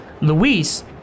Luis